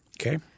Okay